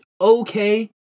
okay